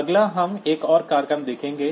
अगला हम एक और प्रोग्राम देखेंगे